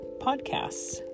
podcasts